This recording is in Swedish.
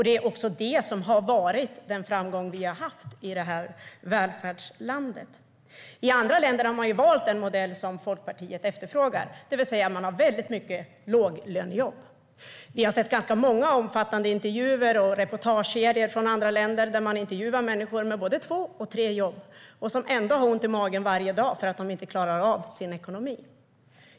Det är också det som har varit den framgång som vi har haft i detta välfärdsland. I andra länder har man valt den modell som Liberalerna efterfrågar, det vill säga man har väldigt mycket låglönejobb. Vi har sett ganska många och omfattande intervjuer och reportageserier från andra länder där man intervjuar människor som har både två och tre jobb men som ändå har ont i magen varje dag därför att de inte klarar av sin ekonomi.